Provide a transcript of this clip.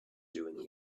doing